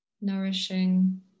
nourishing